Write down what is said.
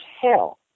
hell